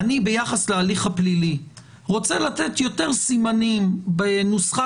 ביחס להליך הפלילי אני רוצה לתת יותר סימנים בנוסחת